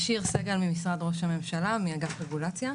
שיר סגל ממשרד ראש הממשלה, מאגף רגולציה.